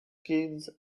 kids